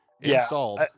installed